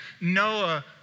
Noah